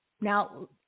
Now